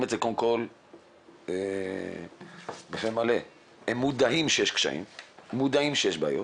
בפה מלא ומודעים שיש קשיים ובעיות.